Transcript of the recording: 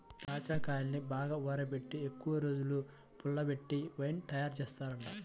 దాచ్చాకాయల్ని బాగా ఊరబెట్టి ఎక్కువరోజులు పుల్లబెట్టి వైన్ తయారుజేత్తారంట